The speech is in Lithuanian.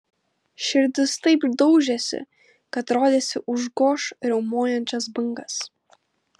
širdis taip daužėsi kad rodėsi užgoš riaumojančias bangas